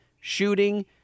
shooting